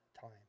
time